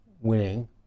winning